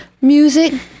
music